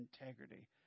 integrity